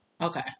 Okay